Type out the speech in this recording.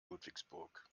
ludwigsburg